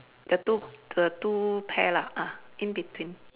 the two the two pair lah ah in between